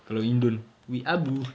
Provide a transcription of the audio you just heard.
kalau indo weeaboo